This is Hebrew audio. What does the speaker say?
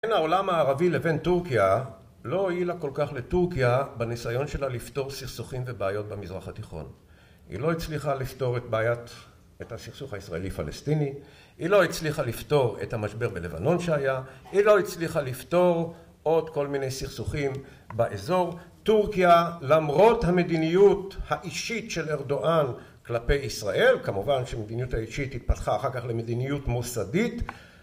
בין העולם הערבי לבין טורקיה, לא הועילה כל כך לטורקיה בניסיון שלה לפתור סכסוכים ובעיות במזרח התיכון. היא לא הצליחה לפתור את בעיית, את הסכסוך הישראלי פלסטיני, היא לא הצליחה לפתור את המשבר בלבנון שהיה, היא לא הצליחה לפתור עוד כל מיני סכסוכים באזור, טורקיה, למרות המדיניות האישית של ארדואן כלפי ישראל, כמובן שמדיניות האישית התפתחה אחר כך למדיניות מוסדית